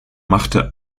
machte